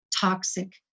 toxic